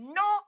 no